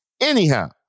anyhow